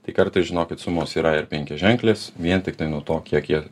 tai kartais žinokit sumos yra ir penkiaženklės vien tiktai nuo to kiek jie